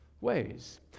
ways